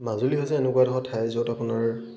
মাজুলী হৈছে এনেকুৱা ধৰণৰ ঠাই য'ত আপোনাৰ